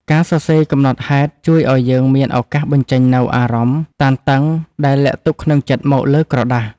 ការសរសេរកំណត់ហេតុជួយឱ្យយើងមានឱកាសបញ្ចេញនូវអារម្មណ៍តានតឹងដែលលាក់ទុកក្នុងចិត្តមកលើក្រដាស។